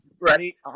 Ready